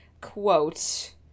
quote